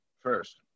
First